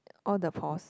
all the pores